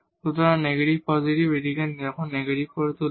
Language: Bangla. সুতরাং এই নেগেটিভ পজিটিভ এটিকে এখন নেগেটিভ করে তুলবে